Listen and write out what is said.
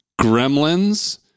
Gremlins